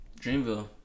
Dreamville